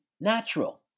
natural